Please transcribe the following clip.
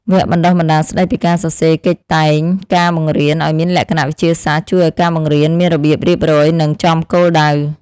វគ្គបណ្តុះបណ្តាលស្តីពីការសរសេរកិច្ចតែងការបង្រៀនឱ្យមានលក្ខណៈវិទ្យាសាស្ត្រជួយឱ្យការបង្រៀនមានរបៀបរៀបរយនិងចំគោលដៅ។